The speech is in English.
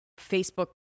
Facebook